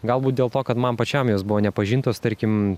galbūt dėl to kad man pačiam jos buvo nepažintos tarkim